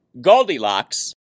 Goldilocks